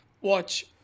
watch